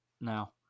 now